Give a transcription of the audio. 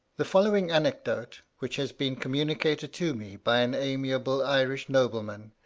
the following anecdote, which has been communicated to me by an amiable irish nobleman,